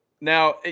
Now